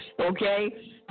Okay